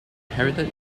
inherited